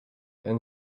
and